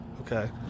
okay